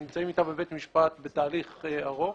נמצאים איתה בבית משפט בתהליך ארוך